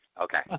Okay